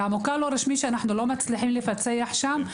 הפתרון היחיד עם המוכר הלא רשמי שאנחנו לא מצליחים לפצח שם,